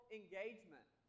engagement